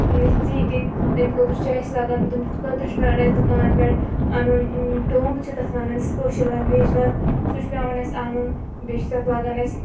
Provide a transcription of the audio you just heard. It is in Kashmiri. ژیٖٹِنۍ تمہِ خٲطرٕ چھِ اَسہِ لَگان تمہِ خٲطرٕ چھُ پٮ۪وان اَسہِ دُکان پٮ۪ٹھ اَنُن ڈوٚمب چھِ تَتھ وَنان أسۍ کٲشِر لنٛگویج منٛز سُہ چھُ پٮ۪وان اَسہِ اَنُن بیٚیہِ چھُ تَتھ لَگان اَسہِ